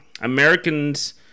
Americans